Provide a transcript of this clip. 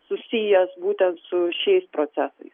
susijęs būtent su šiais procesais